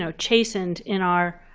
ah chastened in our